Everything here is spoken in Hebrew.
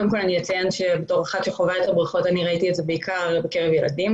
אציין שראיתי את זה בעיקר בקרב ילדים,